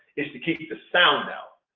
it's to keep the sound out.